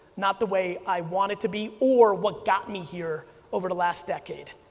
not the way i want it to be or what got me here over the last decade.